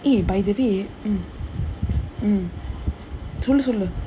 eh by the way mm mm சொல்லு சொல்லு :sollu sollu